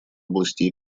области